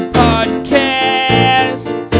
podcast